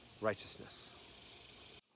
righteousness